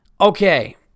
okay